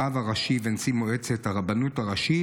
הרב הראשי ונשיא מועצת הרבנות הראשית.